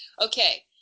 okay